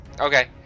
Okay